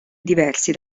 diversi